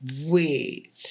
Wait